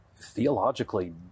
theologically